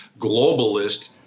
globalist